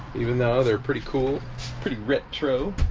even though they're pretty cool pretty retro